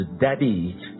Daddy